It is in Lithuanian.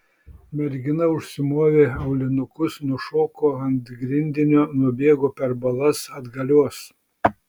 mergina užsimovė aulinukus nušoko ant grindinio nubėgo per balas atgalios